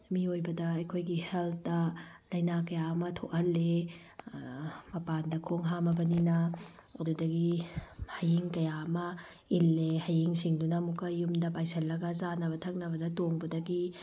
ꯃꯤꯑꯣꯏꯕꯗ ꯑꯩꯈꯣꯏꯒꯤ ꯂꯦꯜꯇ ꯂꯥꯏꯅ ꯀꯌꯥ ꯑꯃ ꯊꯣꯛꯍꯜꯂꯦ ꯃꯄꯥꯟꯗ ꯈꯣꯡ ꯍꯥꯝꯃꯕꯅꯤꯅ ꯑꯗꯨꯗꯒꯤ ꯍꯌꯤꯡ ꯀꯌꯥ ꯑꯃ ꯏꯜꯂꯦ ꯍꯌꯤꯡꯁꯤꯡꯗꯨꯅ ꯑꯃꯨꯛꯀ ꯌꯨꯝꯗ ꯄꯥꯏꯁꯜꯂꯒ ꯆꯥꯅꯕ ꯊꯛꯅꯕꯗ ꯇꯣꯡꯕꯗꯒꯤ